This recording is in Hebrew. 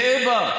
גאה בה,